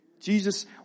Jesus